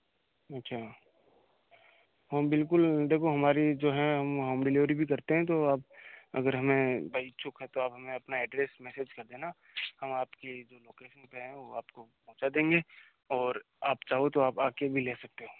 अच्छा हाँ बिल्कुल देखो हमारी जो है हम होम डिलीवरी भी करते हैं तो आप अगर हमें भाई इच्छुक हैं तो आप हमें अपना एड्रेस मैसेज कर देना हम आपकी जो लोकैशन पर हैं वह आपको पहुँचा देंगे और आप चाहो तो आप आकर भी ले सकते हो